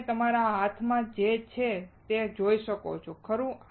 તમે મારા હાથમાં જે છે તે તમે જોઈ શકો છો ખરું